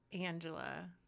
Angela